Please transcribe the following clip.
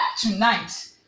tonight